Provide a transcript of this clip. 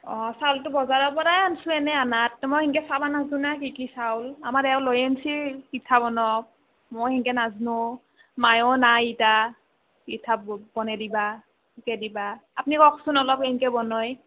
অঁ চাউলটো বজাৰৰ পৰাই আন্ছোঁ এনে আনাত মই সেনকে চাবা নাজ্নো না কি কি চাউল আমাৰ এওঁ লৈ আনচি পিঠা বনাৱক মই সেনকে নাজনো মায়ো নাই ইতা পিঠা বনে দিবা শিকে দিবা আপনি ককচোন কেনকৈ বনই